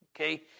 Okay